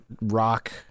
rock